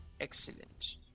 excellent